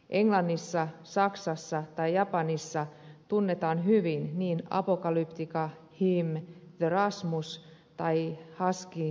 englannissa saksassa tai japanissa tunnetaan hyvin niin apocalyptica him the rasmus kuin husky rescue